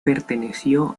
perteneció